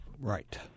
Right